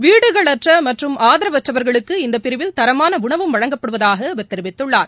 வீடுகளற்ற மற்றும் ஆதரவற்றவா்களுக்கு இந்த பிரிவில் தரமான உணவும் வழங்கப்படுவதாக அவா் தெரிவித்துள்ளார்